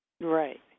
Right